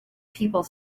people